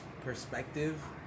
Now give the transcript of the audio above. perspective